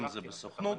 אם זה בסוכנות